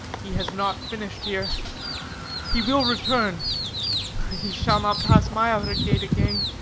he has not finished here he will return he shall not pass my outer gate again.